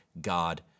God